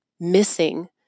missing